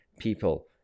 people